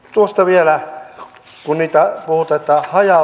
tuosta vielä osuneita uutuutta ajaa